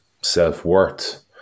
self-worth